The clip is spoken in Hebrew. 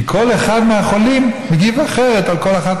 כי כל אחד מהחולים מגיב אחרת על כל אחת